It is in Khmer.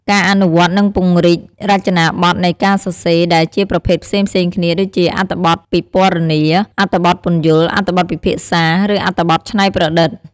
ការអនុវត្ត និងពង្រីករចនាបថនៃការសរសេរដែលជាប្រភេទផ្សេងៗគ្នា ដូចជាអត្ថបទពិពណ៌នា អត្ថបទពន្យល់ អត្ថបទពិភាក្សា ឬអត្ថបទច្នៃប្រឌិត។